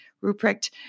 Ruprecht